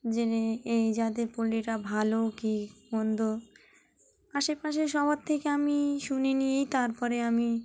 জেনে এই জাতের পোলট্রিটা ভালো কী মন্দ আশেপাশে সবার থেকে আমি শুনে নিয়েই তার পরে আমি